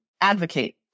advocate